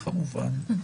כמובן.